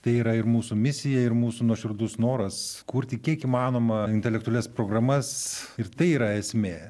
tai yra ir mūsų misija ir mūsų nuoširdus noras kurti kiek įmanoma intelektualias programas ir tai yra esmė